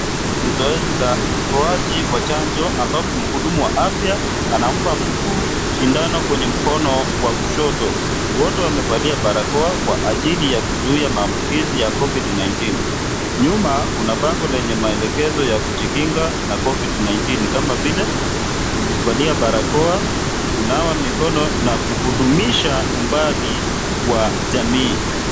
Ni zoezi ya utoaji wa chanjo ambapo mhudumu wa afya anampa mtu sindano kwenye mkono wa kushoto wote wamevalia barakoa kw aajili ya kuzuia maambukizi ya covid 19 nyuma kuna bango lenye maelekezo ya kujikinga na covid 19 kama vile kuvalia barakoa, kunawa mikono na kudumisha umbali wa jamii.